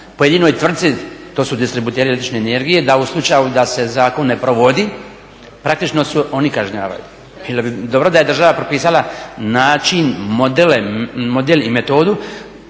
pojedinoj tvrci, to su distributeri električne energije, da u slučaju da se zakon ne provodi praktično se oni kažnjavaju. Bilo bi dobro da je država propisala način, model i metodu